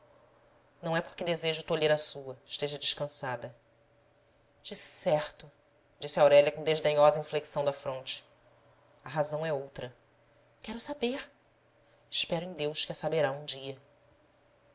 não é porque desejo tolher a sua esteja descansada decerto disse aurélia com desdenhosa inflexão da fronte a razão é outra quero saber espero em deus que a saberá um dia